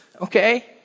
okay